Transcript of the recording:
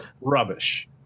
rubbish